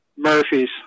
Murphy's